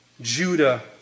Judah